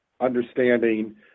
understanding